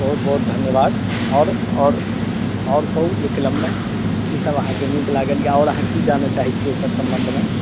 बहुत बहुत धन्यवाद आओर आओर आओर कहु जे फिलिममे की सब अहाँके नीक लागल या आओर अहाँ की सब जानऽ चाहै छियै एहि सब सम्बन्धमे